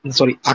sorry